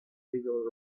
little